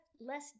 less